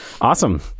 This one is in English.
awesome